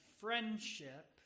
friendship